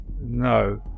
No